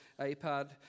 iPad